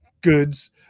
goods